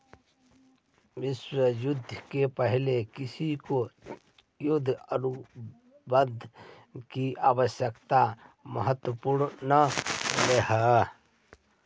विश्व युद्ध से पहले किसी को युद्ध अनुबंध की आवश्यकता महसूस न होलई हल